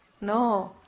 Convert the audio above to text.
no